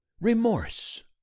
remorse